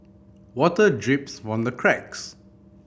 water drips from the cracks